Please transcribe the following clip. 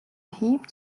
heap